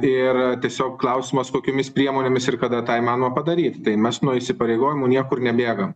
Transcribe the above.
ir tiesiog klausimas kokiomis priemonėmis ir kada tą įmanoma padaryt tai mes nuo įsipareigojimų niekur nebėgam